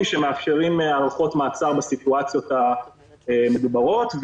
שמאפשרים הארכות מעצר בסיטואציות המדוברת.